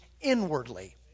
inwardly